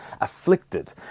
afflicted